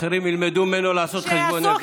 ושאחרים ילמדו ממנו לעשות חשבון נפש.